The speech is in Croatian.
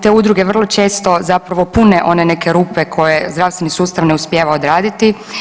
Te Udruge vrlo često zapravo pune one neke rupe koje zdravstveni sustav ne uspijeva odraditi.